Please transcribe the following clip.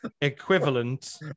equivalent